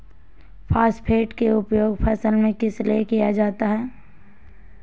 Phosphate की उपयोग फसल में किस लिए किया जाता है?